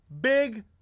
Big